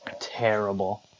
terrible